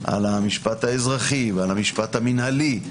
על המשפט האזרחי והמינהלי.